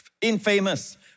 infamous